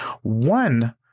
one